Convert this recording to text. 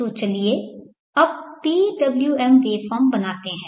तो चलिए अब PWM वेवफॉर्म बनाते हैं